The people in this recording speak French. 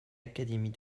académie